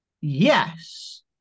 Yes